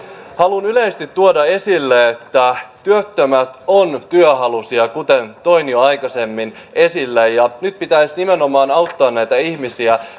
haluan yleisesti tuoda esille että työttömät ovat työhaluisia kuten toin jo aikaisemmin esille ja nyt pitäisi nimenomaan auttaa näitä ihmisiä